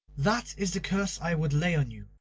that is the curse i would lay on you.